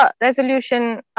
resolution